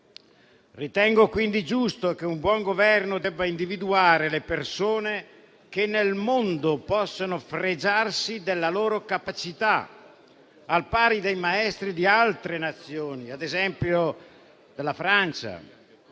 Ritengo quindi giusto che un buon Governo debba individuare le persone che nel mondo possano fregiarsi della loro capacità, al pari dei maestri di altre Nazioni, ad esempio la Francia,